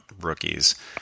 rookies